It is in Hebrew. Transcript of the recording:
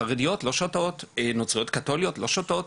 חרדיות לא שותות, נוצריות קתוליות לא שותות".